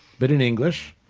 but in english.